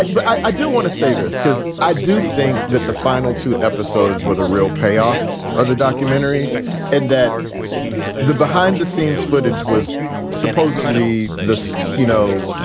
like but i do want to say this because i do think that the final two episodes were the real payoff of the documentary and that the behind the scenes footage was supposedly this, you know,